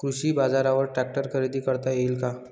कृषी बाजारवर ट्रॅक्टर खरेदी करता येईल का?